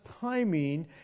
timing